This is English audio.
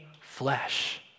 flesh